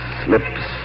slips